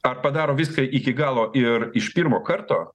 ar padaro viską iki galo ir iš pirmo karto